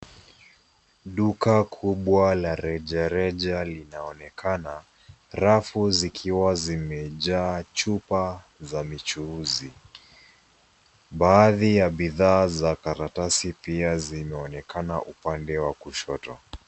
Duka kubwa la rejareja linaonekana, rafu zikiwa zimejaa chupa za michuuzi. Baadhi ya bidhaa za karatasi pia zimeonekana upande wa kushoto.